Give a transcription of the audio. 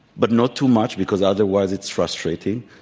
but not too much because otherwise it's frustrating.